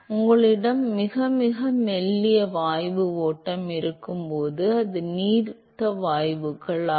உங்களிடம் மிக மிக மெல்லிய வாயு ஓட்டம் இருக்கும்போது அது நீர்த்த வாயுக்கள் ஆகும்